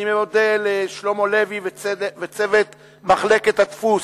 אני מודה לשלמה לוי וצוות מחלקת הדפוס,